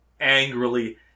angrily